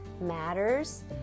matters